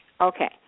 Okay